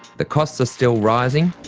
the costs are still rising.